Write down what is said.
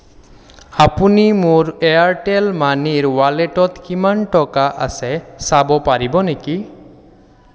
আপুনি মোৰ এয়াৰটেল মানিৰ ৱালেটত কিমান টকা আছে চাব পাৰিব নেকি